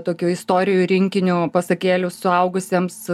tokio istorijų rinkiniu pasakėlių suaugusiems